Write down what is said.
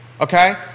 Okay